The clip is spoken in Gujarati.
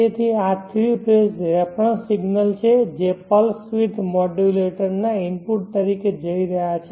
તેથી આ થ્રી ફેઝ રેફરન્સ સિગ્નલ્સ છે જે પલ્સ વીડ્થ મોડ્યુલેટરના ઇનપુટ તરીકે જઈ રહ્યા છે